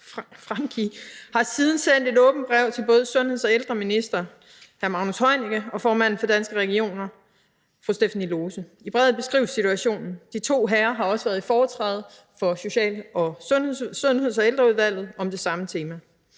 har siden sendt et åbent brev til både sundheds- og ældreministeren og til formanden for Danske Regioner, fru Stephanie Lose. I brevet beskrives situationen, og de to herrer har også været i foretræde for Sundheds- og Ældreudvalget om det samme tema.